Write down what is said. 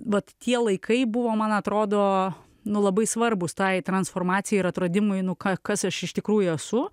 vat tie laikai buvo man atrodo nu labai svarbūs tai transformacijai ir atradimui nu ka kas aš iš tikrųjų esu